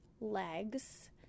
legs